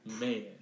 Man